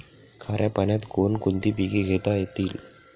खाऱ्या पाण्यात कोण कोणती पिके घेता येतील?